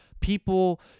people